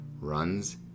runs